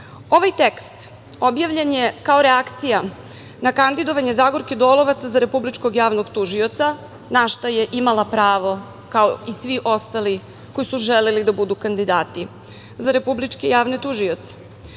tekst objavljen je kao reakcija na kandidovanje Zagorke Dolovac za republičkog javnog tužioca, na šta je imala pravo, kao i svi ostali koji su želeli da budu kandidati za republičke javne